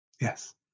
yes